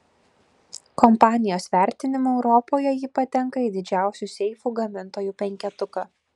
kompanijos vertinimu europoje ji patenka į didžiausių seifų gamintojų penketuką